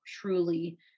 truly